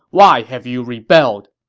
why have you rebelled?